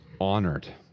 honored